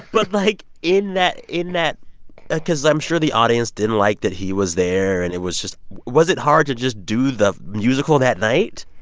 but like, in that in that ah case i'm sure the audience didn't like that he was there, and it was just was it hard to just do the musical that night?